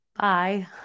Bye